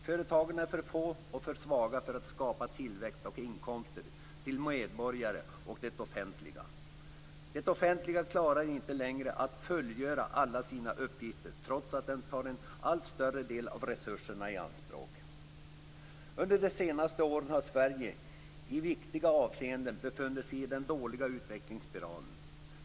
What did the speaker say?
Företagen är för få och för svaga för att skapa tillväxt och inkomster till medborgare och det offentliga. Det offentliga klarar inte längre att fullgöra alla sina uppgifter, trots att det tar en allt större del av resurserna i anspråk. Under de senaste åren har Sverige i viktiga avseenden befunnit sig i den dåliga utvecklingsspiralen.